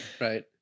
right